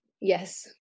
Yes